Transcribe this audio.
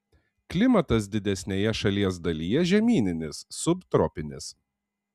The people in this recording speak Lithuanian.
klimatas didesnėje šalies dalyje žemyninis subtropinis